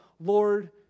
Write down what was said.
Lord